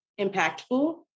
impactful